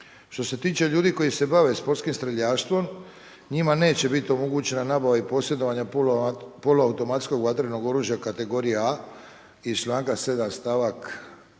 Što se tiče ljudi koji se bave sportskim streljaštvom, njima neće biti onemogućena nabava i posjedovanje poluautomatskog vatrenog oružja kategorije A iz članka 7. stavak 1.